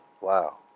Wow